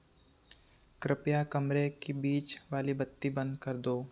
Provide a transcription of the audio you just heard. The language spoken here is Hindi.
कृपया कमरे की बीच वाली बत्ती बंद कर दो